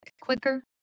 quicker